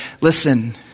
Listen